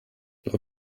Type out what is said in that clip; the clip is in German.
laut